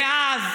ואז